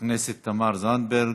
הכנסת תמר זנדברג.